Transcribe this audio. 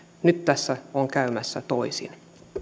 nyt tässä on käymässä toisin